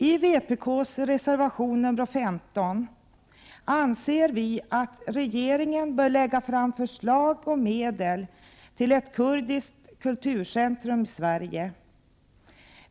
I vpk:s reservation nr 15 anser vi att regeringen bör lägga fram förslag om medel till ett kurdiskt kulturcentrum i Sverige.